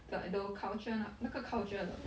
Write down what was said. the I do~ culture 那那个 culture 的